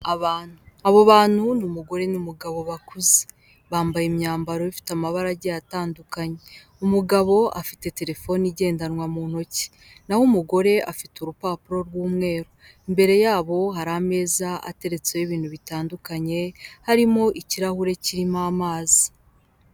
Abantu, abo bantu ni umugore n'umugabo bakuze, bambaye imyambaro ifite amabara agiye atandukanye, umugabo afite telefone igendanwa mu ntoki n'aho umugore afite urupapuro rw'umweru, imbere yabo hari ameza ateretseho ibintu bitandukanye, harimo ikirahure kirimo amazi.